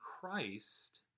Christ